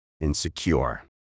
insecure